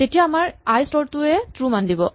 তেতিয়া আমাৰ আই স্তৰটোৱেও ট্ৰো মান দিব